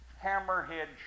hammerhead